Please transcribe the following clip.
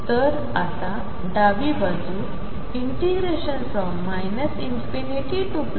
तर आता डावी बाजू ∞dx m अशी असेल